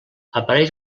apareix